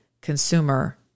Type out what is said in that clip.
consumer